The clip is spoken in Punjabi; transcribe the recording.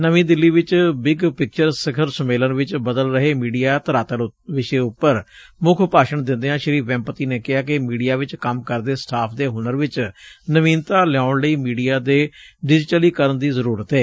ਨਵੀਂ ਦਿੱਲੀ ਚ ਬਿੱਗ ਪਿਕਚਰ ਸਿਖਰ ਸੰਮੇਲਨ ਵਿਚ ਬਦਲ ਰਹੇ ਮੀਡੀਆ ਧਰਾਤਲ ਵਿਸ਼ੇ ਊਪਰ ਮੁੱਖ ਭਾਸ਼ਣ ਦਿੰਦਿਆਂ ਸ੍ਰੀ ਵੈਂਪਤੀ ਨੇ ਕਿਹਾ ਕਿ ਮੀਡੀਆ ਚ ਕੰਮ ਕਰਦੇ ਸਟਾਫ਼ ਦੇ ਹੁਨਰ ਚ ਨਵੀਨਤਾ ਲਿਆਉਣ ਲਈ ਮੀਡੀਆ ਦੇ ਡਿਜਟਲੀਕਰਨ ਦੀ ਜ਼ਰੁਰਤ ਏ